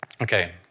Okay